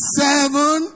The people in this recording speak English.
seven